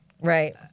Right